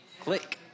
click